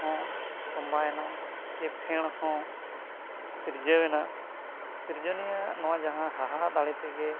ᱦᱚᱸ ᱛᱚᱸᱵᱟᱭᱮᱱᱟ ᱪᱮ ᱯᱷᱮᱬ ᱦᱚᱸ ᱥᱤᱨᱡᱟᱹᱣᱮᱱᱟ ᱥᱤᱨᱡᱚᱱᱤᱭᱟᱹᱣᱟᱜ ᱱᱚᱣᱟ ᱡᱟᱦᱟᱸ ᱦᱟᱦᱟᱲᱟ ᱫᱟᱲᱮᱛᱮᱜᱮ